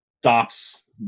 stops